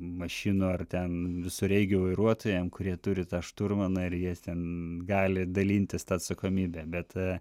mašinų ar ten visureigių vairuotojam kurie turi tą šturmaną ir jie ten gali dalintis ta atsakomybe bet